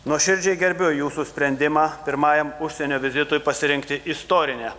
nuoširdžiai gerbiu jūsų sprendimą pirmajam užsienio vizitui pasirinkti istorinę